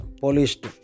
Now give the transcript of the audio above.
polished